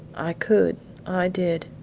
i could i did.